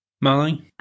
Molly